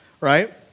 right